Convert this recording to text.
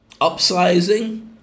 upsizing